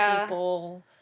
people